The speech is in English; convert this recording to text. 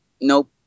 nope